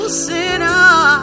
sinner